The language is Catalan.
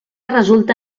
resulta